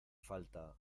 falta